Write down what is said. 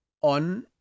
on